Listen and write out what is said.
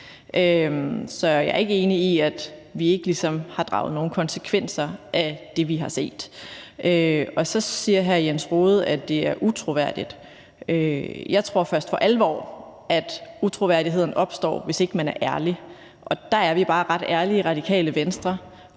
Så jeg er ikke enig i, at vi ikke ligesom har draget nogen konsekvenser af det, vi har set. Så siger hr. Jens Rohde, at det er utroværdigt. Jeg tror først for alvor, at utroværdigheden opstår, hvis ikke man er ærlig. Der er vi bare ret ærlige i Radikale Venstre,